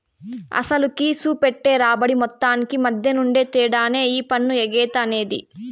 అసలుకి, సూపెట్టే రాబడి మొత్తానికి మద్దెనుండే తేడానే ఈ పన్ను ఎగేత అనేది